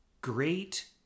great